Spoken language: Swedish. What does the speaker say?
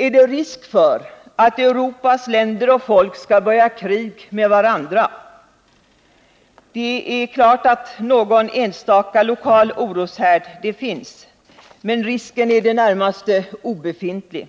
Är det risk för att Europas länder och folk skall börja krig med varandra? Någon enstaka lokal oroshärd finns förstås, men den risken är i det närmaste obefintlig.